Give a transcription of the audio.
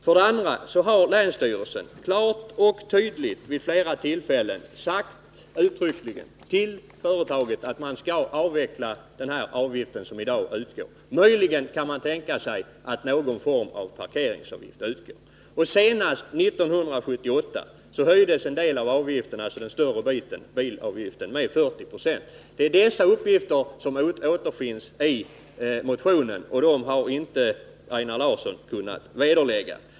För det andra har länsstyrelsen vid flera tillfällen klart och tydligt sagt till företaget att den avgift som i dag uttas skall utgå. Möjligen kan man tänka sig någon form av parkeringsavgift. Senast 1978 höjdes en del av avgifterna — det gäller den större biten, dvs. avgifterna för bil — med 40 26. Dessa uppgifter återfinns i motionen och dem kan Einar Larsson inte vederlägga.